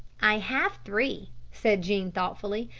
i have three, said jean thoughtfully,